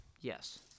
Yes